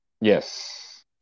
Yes